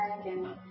again